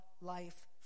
life